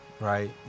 right